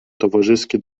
towarzyskie